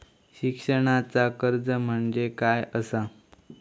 शिक्षणाचा कर्ज म्हणजे काय असा?